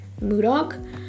mudok